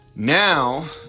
Now